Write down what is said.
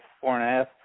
four-and-a-half